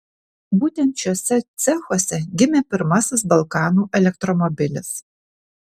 būtent šiuose cechuose gimė pirmasis balkanų elektromobilis